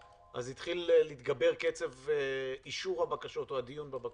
אז התחיל להתגבר קצב אישור הבקשות או הדיון בבקשות,